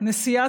נגישים